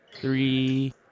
three